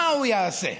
מה הוא יעשה?